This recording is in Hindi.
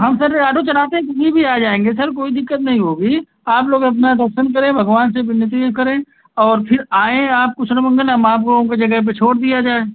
हम सर आटो चलाते हैं कभी भी आ जाएँगे सर कोई दिक्कत नहीं होगी आप लोग अपना दर्शन करें भगवान से विनती करें और फिर आएँ आप कुशल मंगल हम आपको उनके जगह पर छोड़ दिया जाए